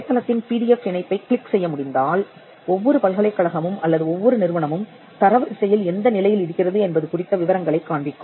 வலைத்தளத்தின் PDF இணைப்பைக் click செய்ய முடிந்தால் ஒவ்வொரு பல்கலைக்கழகமும் அல்லது ஒவ்வொரு நிறுவனமும் தரவரிசையில் எந்த நிலையில் இருக்கிறது என்பது குறித்த விவரங்களைக் காண்பிக்கும்